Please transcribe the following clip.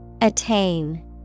Attain